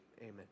Amen